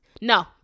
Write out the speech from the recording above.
no